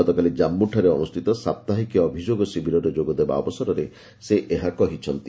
ଗତକାଲି ଜାମ୍ମୁଠାରେ ଅନୁଷ୍ଠିତ ସାପ୍ତାହିକୀ ଅଭିଯୋଗ ଶିବିରରେ ଯୋଗଦେବା ଅବସରରେ ସେ ଏହା କହିଚ୍ଛନ୍ତି